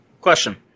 Question